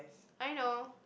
I know